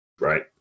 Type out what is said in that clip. right